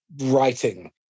writing